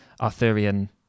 arthurian